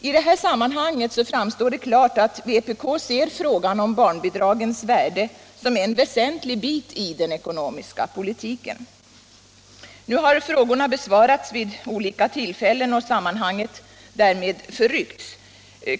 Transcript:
I det sammanhanget framstår det klart att vpk ser frågan om barnbidragens värde som en väsentlig bit i den ekonomiska politiken. Nu har frågorna besvarats vid olika tillfällen och sammanhanget därmed förryckts.